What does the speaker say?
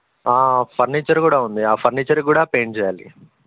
furniture కూడా ఉంది ఆ ఫర్నిచర్కి కూడా పెయింట్ చేయాలి